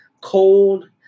cold